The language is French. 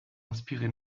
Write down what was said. inspiré